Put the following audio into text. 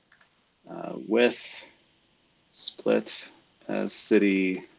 with split city.